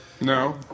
No